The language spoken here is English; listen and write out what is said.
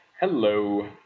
Hello